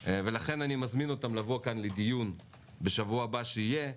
ולכן אני מזמין אותם לבוא כאן לדיון בשבוע הבא שיהיה,